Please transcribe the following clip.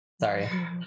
Sorry